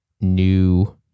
new